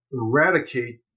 eradicate